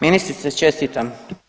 Ministrice čestitam.